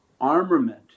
armament